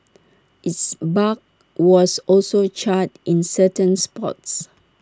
its bark was also charred in certain spots